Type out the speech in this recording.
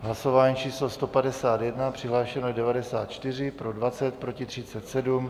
Hlasování číslo 151, přihlášeno 94, pro 20, proti 37.